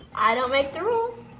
i don't make the rules.